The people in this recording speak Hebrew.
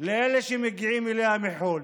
לאלה שמגיעים אליה מחו"ל.